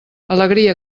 alegria